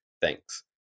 Thanks